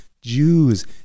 Jews